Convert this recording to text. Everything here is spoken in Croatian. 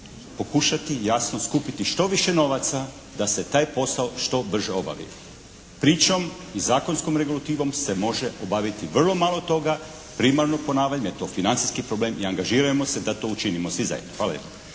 pokušati jasno skupiti što više novaca da se taj posao što brže obavi. Pričom i zakonskom regulativom se može obaviti vrlo malo toga, primarno …/Govornik se ne razumije./… da je to financijski problem i angažirajmo se da to učinimo svi zajedno.